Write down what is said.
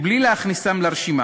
בלי להכניסם לרשימה.